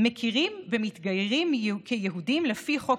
הם מכירים במתגיירים כיהודים לפי חוק